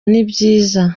nibyiza